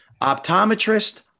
optometrist